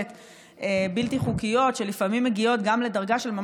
שמעתי, כבוד היושב-ראש, את תגובת